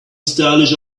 stylish